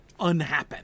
unhappen